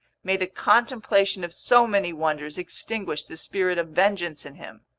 may the contemplation of so many wonders extinguish the spirit of vengeance in him!